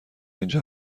اینجا